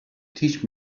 teach